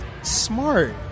Smart